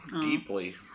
Deeply